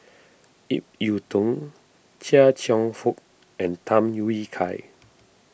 Ip Yiu Tung Chia Cheong Fook and Tham Yui Kai